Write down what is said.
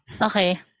Okay